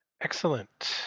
Excellent